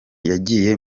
yagiye